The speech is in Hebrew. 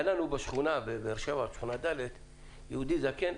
היה לנו בשכונה ד' בבאר-שבע יהודי זקן,